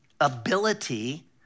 ability